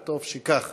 וטוב שכך.